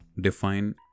define